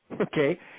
okay